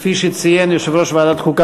כפי שציין יושב-ראש ועדת החוקה,